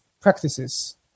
practices